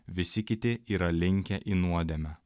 visi kiti yra linkę į nuodėmę